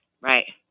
Right